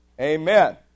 Amen